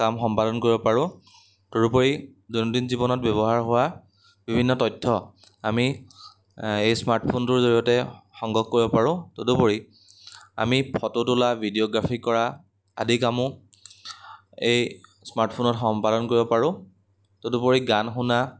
কাম সম্পাদন কৰিব পাৰোঁ তদুপৰি দৈনন্দিন জীৱনত ব্যৱহাৰ হোৱা বিভিন্ন তথ্য আমি এই স্মাৰ্টফোনটোৰ জৰিয়তে সংগ্ৰহ কৰিব পাৰোঁ তদুপৰি আমি ফটো তোলা ভিডিঅ'গ্ৰাফি কৰা আদি কামো এই স্মাৰ্টফোনত সম্পাদন কৰিব পাৰোঁ তদুপৰি গান শুনা